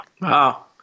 Wow